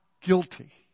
guilty